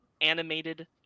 animated